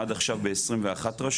עד עכשיו ב- 21 רשויות,